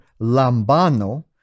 lambano